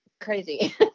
crazy